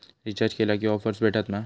Recharge केला की offers भेटात मा?